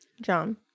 John